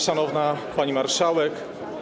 Szanowna Pani Marszałek!